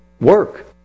work